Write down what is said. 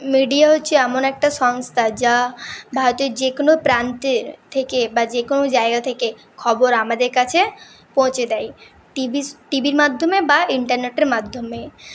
media হচ্ছে এমন একটা সংস্থা যা ভারতের যে কোনও প্রান্তের থেকে বা যে কোনও জায়গা থেকে খবর আমাদের কাছে পৌঁছে দেয় টিভি টিভির মাধ্যমে বা ইন্টারনেটের মাধ্যমে